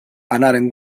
anaren